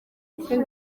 ati